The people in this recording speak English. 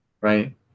right